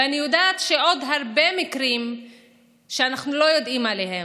ואני יודעת שיש עוד הרבה מקרים שאנחנו לא יודעים עליהם,